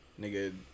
Nigga